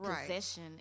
possession